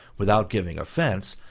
without giving offence,